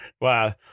Wow